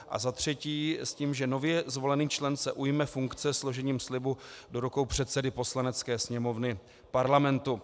III. s tím, že nově zvolený člen se ujme funkce složením slibu do rukou předsedy Poslanecké sněmovny Parlamentu.